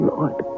Lord